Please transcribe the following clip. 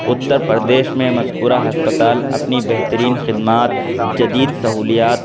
اتّر پردیش میں مذکورہ ہسپتال اپنی بہترین خدمات جدید سہولیات